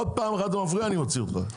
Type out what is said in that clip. עוד פעם אחת אתה מפריע ואני מוציא אותך.